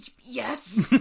Yes